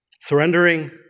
Surrendering